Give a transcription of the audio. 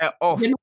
off